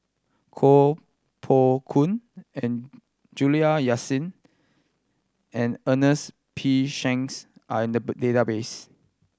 Koh Poh Koon and Juliana Yasin and Ernest P Shanks are in the database